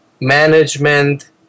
management